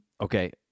okay